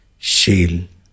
Shil